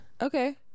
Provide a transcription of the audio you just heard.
Okay